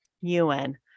Ewan